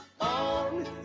on